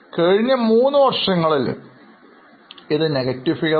കഴിഞ്ഞ മൂന്ന് വർഷങ്ങളിൽ ഇത് നെഗറ്റീവ് ഫിഗറായി